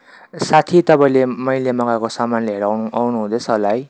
साथी तपाईँले मैले मगाएको सामान लिएर आउनु आउनु हुँदैछ होला है